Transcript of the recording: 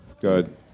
Good